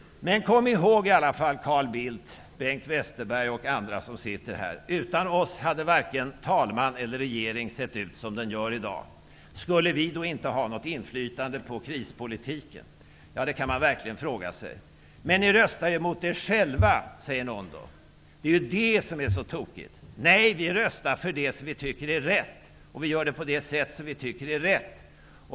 Men kom i håg Carl Bildt, Bengt Westerberg och ni andra som sitter här att utan oss hade varken talmannen eller regeringen sett ut som den gör i dag. Skulle vi då inte ha något inflytande på krispolitiken? Det kan man verkligen fråga sig. Ni röstar ju emot er själva, säger någon. Det är ju det som är så tokigt. Nej, vi röstar för det som vi tycker är rätt, på det sätt som vi tycker är rätt.